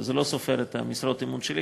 זה לא סופר את משרות האמון שלי.